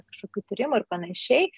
kažkokių tyrimų ir panašiai